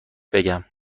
بگم